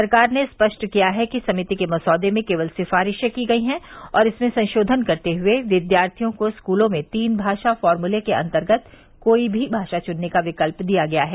सरकार ने स्पष्ट किया है कि समिति के मसौदे में केवल सिफारिशें की गई हैं और इसमें संशोधन करते हुए विद्यार्थियों को स्कूलों में तीन भाषा फॉर्मूला के अंतर्गत कोई भी भाषा चुनने का विकल्प दिया गया है